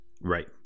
Right